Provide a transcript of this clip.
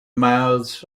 mouths